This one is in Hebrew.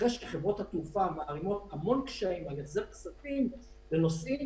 אחרי שחברות התעופה מערימות המון קשיים עם החזר כספים לנוסעים